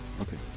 okay